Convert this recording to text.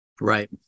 Right